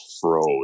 froze